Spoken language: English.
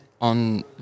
on